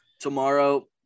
Tomorrow